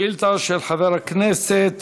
שאילתה של חבר הכנסת